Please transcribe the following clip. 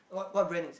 what what brand is it